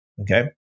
okay